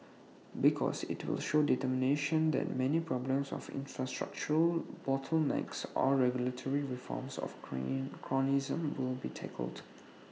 because IT will show determination that many problems of infrastructural bottlenecks of regulatory reforms of cronyism will be tackled